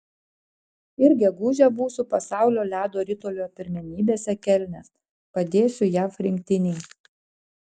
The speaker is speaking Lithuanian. ir gegužę būsiu pasaulio ledo ritulio pirmenybėse kelne padėsiu jav rinktinei